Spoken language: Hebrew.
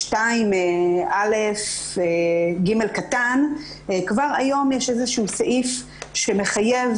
בסעיף 2א(ג) כבר היום יש סעיף שמחייב